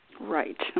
right